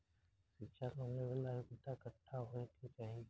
शिक्षा लोन लेवेला योग्यता कट्ठा होए के चाहीं?